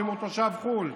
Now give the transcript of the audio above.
ואם הוא תושב חו"ל,